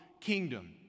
kingdom